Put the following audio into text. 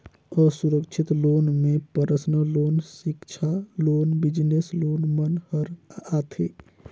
असुरक्छित लोन में personal loan, सिक्छा लोन, बिजनेस लोन मन हर आथे